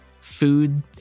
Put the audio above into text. food